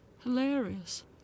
hilarious